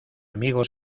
amigo